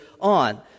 on